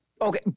Okay